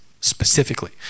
specifically